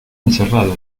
encerrado